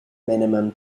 minimum